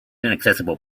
inaccessible